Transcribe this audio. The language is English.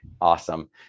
Awesome